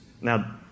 Now